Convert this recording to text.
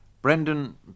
Brendan